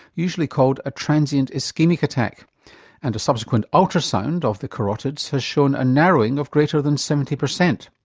usually called a transient so ischaemic attack and a subsequent ultrasound of the carotids has shown a narrowing of greater than seventy percent.